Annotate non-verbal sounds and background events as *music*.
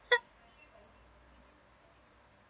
*laughs*